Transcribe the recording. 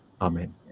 Amen